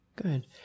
Good